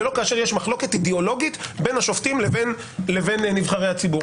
ולא כאשר יש מחלוקת אידאולוגית בין השופטים לבין נבחרי הציבור.